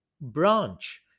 branch